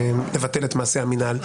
לבטל את מעשה המינהל,